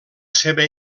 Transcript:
seva